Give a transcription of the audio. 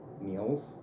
meals